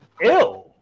Ew